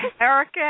Erica